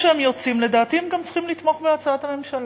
ועכשיו עם בתי-הדין הרבניים המצב רק יורע,